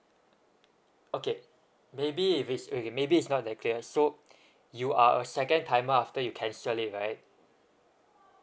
okay maybe if it's okay maybe it's not that clear so you are a second timer after you cancel it right